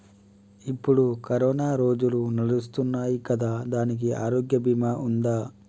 ఇప్పుడు కరోనా రోజులు నడుస్తున్నాయి కదా, దానికి ఆరోగ్య బీమా ఉందా?